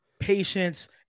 patience